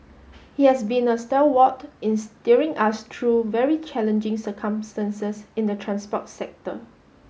he has been a stalwart in steering us through very challenging circumstances in the transport sector